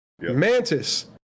mantis